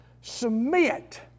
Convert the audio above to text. submit